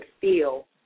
feel